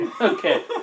Okay